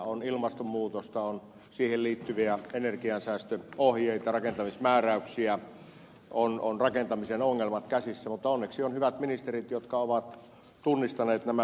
on ilmastonmuutosta on siihen liittyviä energiansäästöohjeita rakentamismääräyksiä on rakentamisen ongelmat käsissä mutta onneksi on hyvät ministerit jotka ovat tunnistaneet nämä haasteet